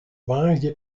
woansdei